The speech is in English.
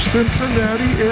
Cincinnati